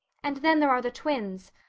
and then there are the twins.